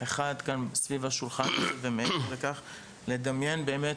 אחד כאן סביב השולחן ומעבר לכך לדמיין באמת